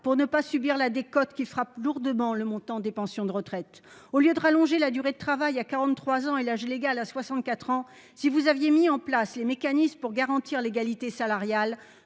pour ne pas subir la décote qui frappe lourdement le montant des pensions de retraite. Au lieu de fixer la durée de travail à 43 ans et l'âge légal à 64 ans, si vous aviez mis en place les mécanismes pour garantir l'égalité salariale,